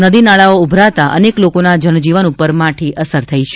નદી નાળાઓ ઉભરાતા અનેક લોકોના જનજીવન પર માઠી અસર થઈ છે